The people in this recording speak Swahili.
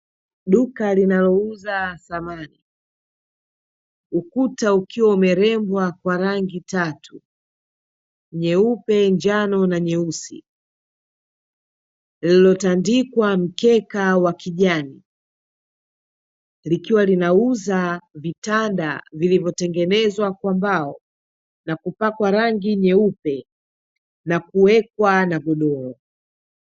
Duka linalouza samani, ukuta ukiwa umerembwa kwa rangi tatu: nyeupe, njano na nyeusi, lililotandikwa mkeka wa kijani, likiwa linauza vitanda vilivyotengenezwa kwa mbao na kupakwa rangi nyeupe, na kuwekwa na godoro.